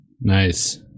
Nice